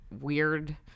weird